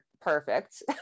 perfect